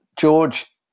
George